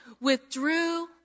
withdrew